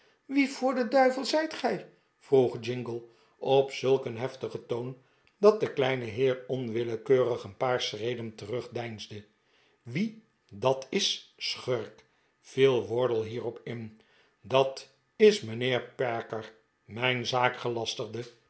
wie voor den duivel zijt gij vroeg jingle op zulk een heftigen toon dat de kleine heer onwillekeurig een paar schreden terugdeinsde wie dat is schurk viel wardle hierop in dat is mijnheer perker mijn zaakgelastigde